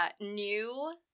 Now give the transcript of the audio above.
new